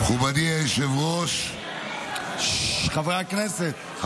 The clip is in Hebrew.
מכובדי היושב-ראש, חבריי חברי הכנסת,